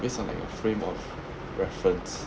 this is something like a frame of reference